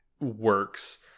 works